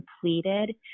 completed